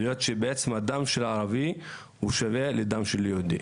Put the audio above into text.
ולדעת שדם של ערבי שווה לדם של יהודי.